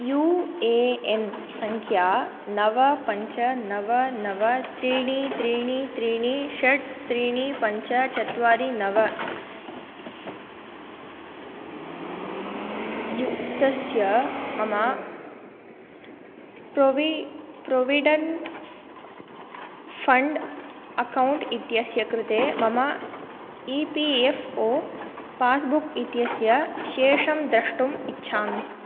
you A N सङ्ख्या नव पञ्च नव नव त्रीणि त्रीणि त्रीणि षट् त्रीणि पञ्च चत्वारि नव युक्तस्य मम प्रोवि प्रोविडेण्ट् फ़ण्ड् अकौण्ट् इत्यस्य कृते मम E P F O passbook इत्यस्य शेषं द्रष्टुम् इच्छामि